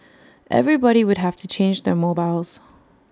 everybody would have to change their mobiles